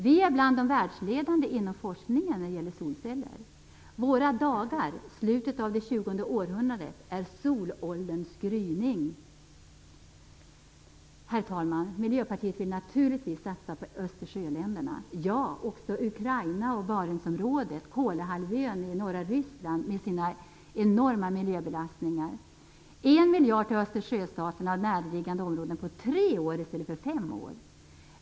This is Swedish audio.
Vi är bland de världsledande inom forskningen när det gäller solceller. Dessa dagar i slutet av det 20:e århundradet är solålderns gryning. Herr talman! Miljöpartiet vill naturligtvis satsa på Östersjöländerna, ja, också på på Ukraina, på Barentsområdet och på Kolahalvön i norra Ryssland, områden med enorma miljöbelastningar. Vi vill att satsas 1 miljard på Östersjöstaterna och närliggande områden under en tid av tre år i stället för fem år.